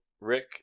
Rick